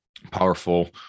powerful